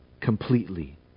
completely